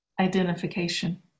identification